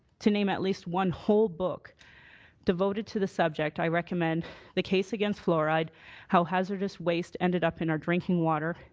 to name at least one whole book devoted to the subject i recommend the case against fluoride how hazardous waste ended up in our drinking water,